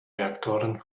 reaktoren